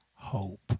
hope